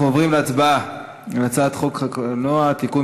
אנחנו עוברים להצבעה על הצעת חוק הקולנוע (תיקון